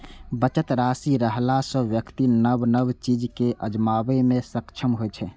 बचत राशि रहला सं व्यक्ति नव नव चीज कें आजमाबै मे सक्षम होइ छै